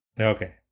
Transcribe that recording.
Okay